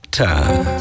time